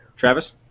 Travis